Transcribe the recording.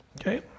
okay